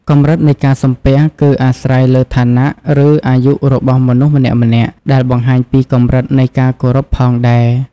កម្រិតនៃការសំពះគឺអាស្រ័យលើឋានៈឬអាយុរបស់មនុស្សម្នាក់ៗ ដែលបង្ហាញពីកម្រិតនៃការគោរពផងដែរ។